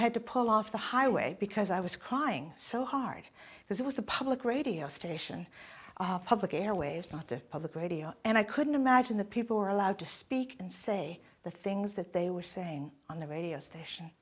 had to pull off the highway because i was crying so hard because it was a public radio station public airwaves not a public radio and i couldn't imagine that people were allowed to speak and say the things that they were saying on the radio station